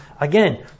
Again